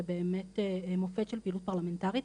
זה באמת מופת של פעילות פרלמנטרית,